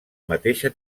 mateixa